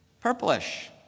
Purplish